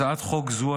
הצעת חוק זו,